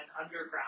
underground